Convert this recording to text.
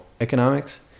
economics